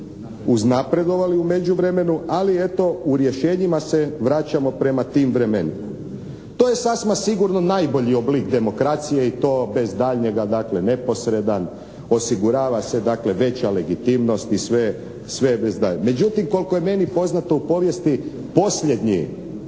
uznapredovali u međuvremenu, ali eto u rješenjima se vraćamo prema tim vremenima. To je sasvim sigurno najbolji oblik demokracije i to bez daljnjega, dakle neposredan, osigurava se dakle veća legitimnost i sve je… Međutim koliko je meni poznato u povijesti, posljednji